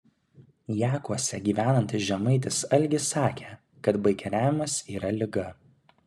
jakuose gyvenantis žemaitis algis sakė kad baikeriavimas yra liga